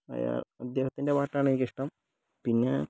അയാൾ അദ്ദേഹത്തിൻ്റെ പാട്ടാണ് എനിക്കിഷ്ടം പിന്നെ